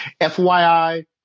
FYI